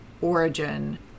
origin